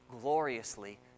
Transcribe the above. gloriously